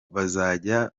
bazajya